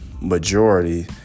majority